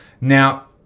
Now